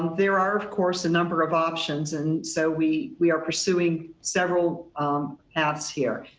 there are of course a number of options and so we we are pursuing several paths here.